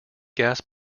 gas